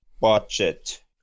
budget